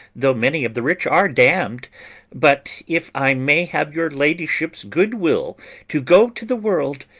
though many of the rich are damn'd but if i may have your ladyship's good will to go to the world,